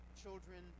children